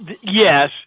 yes